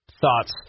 thoughts